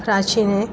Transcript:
प्राचीने